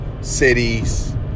cities